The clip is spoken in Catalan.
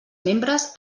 membres